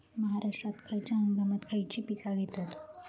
महाराष्ट्रात खयच्या हंगामांत खयची पीका घेतत?